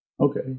Okay